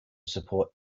support